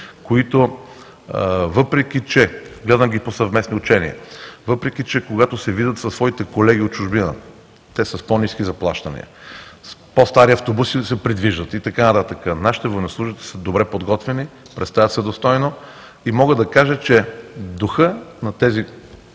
които гледам по съвместни учения, въпреки че, когато се видят със своите колеги от чужбина – те са с по-ниски заплащания, с по-стари автобуси се предвижват и така нататък, нашите военнослужещи са добре подготвени, представят се достойно. Мога да кажа, че духът на тези